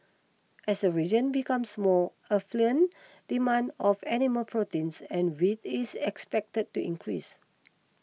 as the region becomes more affluent demand of animal proteins and wheat is expected to increase